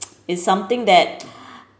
it's something that